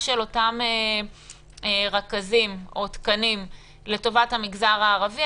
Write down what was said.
של אותם רכזים או תקנים לטובת המגזר הערבי.